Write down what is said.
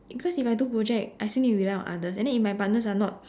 cause if I do project I still need to rely on others and then if my partners are not